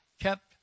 kept